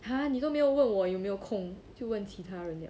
!huh! 你都没有问我有没有空就问其他人 liao